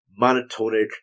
monotonic